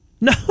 No